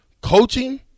Coaching